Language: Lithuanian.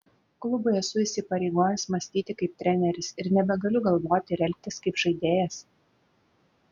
klubui esu įsipareigojęs mąstyti kaip treneris ir nebegaliu galvoti ir elgtis kaip žaidėjas